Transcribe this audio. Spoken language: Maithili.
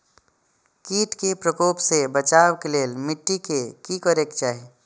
किट के प्रकोप से बचाव के लेल मिटी के कि करे के चाही?